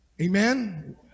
Amen